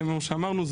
כמו שאמרנו,